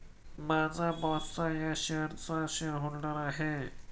माझा बॉसच या शेअर्सचा शेअरहोल्डर आहे